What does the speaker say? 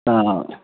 तऽ